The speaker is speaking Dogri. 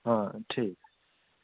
आं ठीक